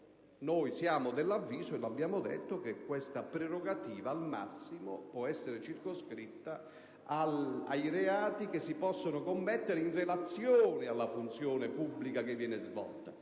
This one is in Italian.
Noi siamo dell'avviso - lo abbiamo già detto - che questa prerogativa può essere al massimo circoscritta ai reati che si possono commettere in relazione alla funzione pubblica che viene svolta